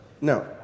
No